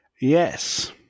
yes